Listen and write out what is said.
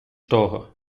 того